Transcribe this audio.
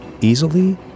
easily